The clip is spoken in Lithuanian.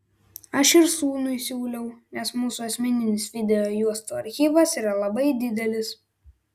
aš ir sūnui siūliau nes mūsų asmeninis video juostų archyvas yra labai didelis